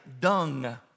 dung